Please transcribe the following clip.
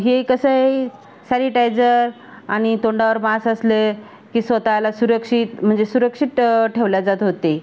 हे कसं आहे सॅनिटायझ आणि तोंडावर मास असलं की स्वत ला सुरक्षित म्हणजे सुरक्षित ठेवला जात होते